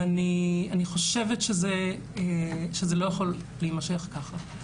ואני חושבת שזה לא יכול להימשך ככה.